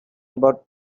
about